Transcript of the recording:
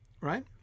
right